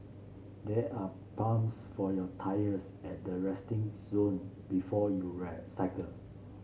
there are pumps for your tyres at the resting zone before you ride cycle